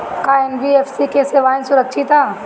का एन.बी.एफ.सी की सेवायें सुरक्षित है?